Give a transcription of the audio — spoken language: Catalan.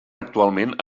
actualment